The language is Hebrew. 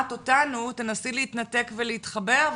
אותנו, תנסי להתנתק ולהתחבר.